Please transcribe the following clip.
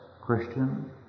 Christian